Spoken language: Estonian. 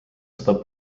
seda